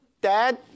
dad